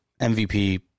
MVP